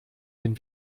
den